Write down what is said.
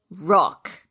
rock